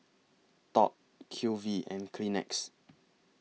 Top Q V and Kleenex